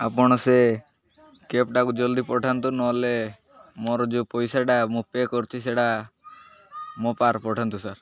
ଆପଣ ସେ କ୍ୟାବ୍ଟାକୁ ଜଲ୍ଦି ପଠାନ୍ତୁ ନହେଲେ ମୋର ଯୋଉ ପଇସାଟା ମୁଁ ପେ କରିଛି ସେଇଟା ମୋ ପାଖକୁ ପଠାନ୍ତୁ ସାର୍